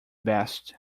best